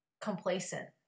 complacent